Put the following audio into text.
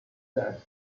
ses